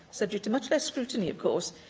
subject to much less scrutiny, of course,